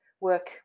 work